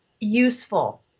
useful